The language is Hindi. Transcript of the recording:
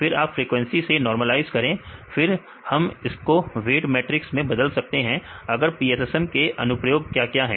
फिर आप फ्रीक्वेंसी से नार्मलआईज करें फिर हम इसको वेट मैट्रिक्स में बदल सकते हैं मगर PSSM के अनुप्रयोग क्या क्या हैं